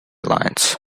lines